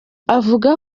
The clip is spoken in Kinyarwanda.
avuga